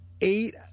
eight